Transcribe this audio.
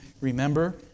remember